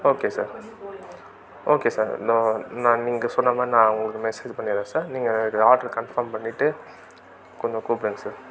okay sir okay sir நான் நான் நீங்கள் சொன்ன மாதிரி நான் உங்களுக்கு மெசேஜ் பண்ணிடறேன் சார் நீங்கள் ஆட்ரு கன்ஃபார்ம் பண்ணிவிட்டு கொஞ்சம் கூப்பிடுங்க சார்